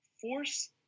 Force